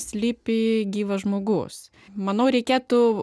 slypėjo gyvas žmogus manau reikėtų